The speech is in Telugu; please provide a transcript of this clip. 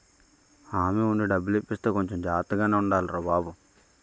హామీ ఉండి డబ్బులు ఇప్పిస్తే కొంచెం జాగ్రత్తగానే ఉండాలిరా బాబూ